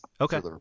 Okay